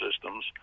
systems